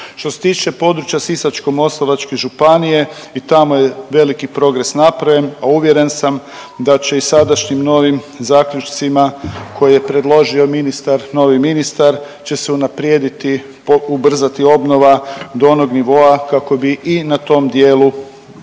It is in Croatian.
Što se tiče područja Sisačko-moslavačke županije i tamo veliki progres napravljen, a uvjeren sam da će i sadašnjim novim zaključcima koje je predložio ministar, novi ministar će se unaprijediti, ubrzati obnova do onog nivoa kako bi i na tom dijelu Hrvatske